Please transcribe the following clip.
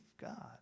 God